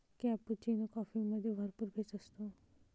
cappuccino कॉफीमध्ये भरपूर फेस असतो